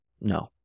No